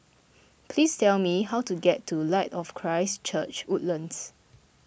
please tell me how to get to Light of Christ Church Woodlands